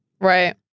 Right